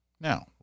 Now